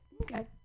okay